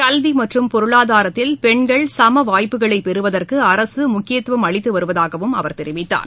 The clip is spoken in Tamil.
கல்வி மற்றும் பொருளாதாரத்தில் பெண்கள் சம வாய்ப்புகளை பெறுவதற்கு அரசு முக்கியத்துவம் அளித்து வருவதாக அவர் தெரிவித்தார்